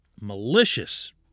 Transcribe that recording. malicious